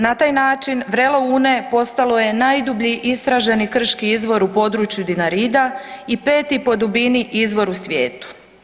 Na taj način vrelo Une postalo je najdublji istraženi krški izvor u području Dinarida i 5. po dubili izvor u svijetu.